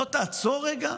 לא תעצור רגע?